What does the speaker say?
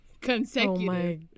consecutive